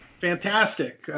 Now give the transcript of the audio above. Fantastic